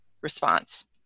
response